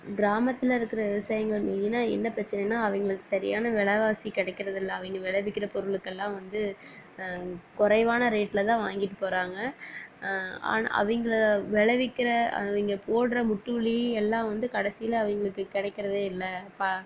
கிராமத்தில் இருக்கிற விவசாயிகளுக்கு மெய்னாக என்ன பிரச்சனைன்னா அவங்களுக்கு சரியான வெலைவாசி கிடைக்கிறது இல்லை அவங்க விளைவிக்கிற பொருளுக்கெல்லாம் வந்து குறைவான ரேட்டில் தான் வாங்கிட்டு போகிறாங்க அவங்க விளைவிக்கிற அவங்க போடுற எல்லாம் வந்து கடைசியில் அவங்களுக்கு கிடைக்கிறதே இல்லை